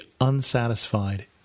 unsatisfied